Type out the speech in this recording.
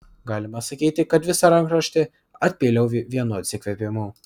galima sakyti kad visą rankraštį atpyliau vienu atsikvėpimu